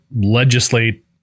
legislate